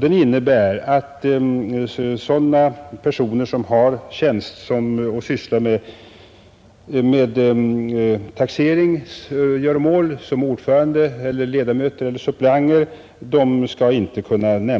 Den innebär att sådana personer som sysslar med taxeringsgöromål som ordförande, som ledamöter eller som suppleanter inte skall kunna